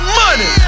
money